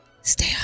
Stay